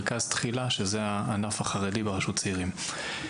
מרכז תחילה שזה הענף החרדי ברשות צעירים,